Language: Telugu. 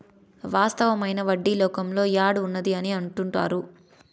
వాస్తవమైన వడ్డీ లోకంలో యాడ్ ఉన్నది అని అంటుంటారు